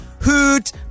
hoot